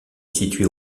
située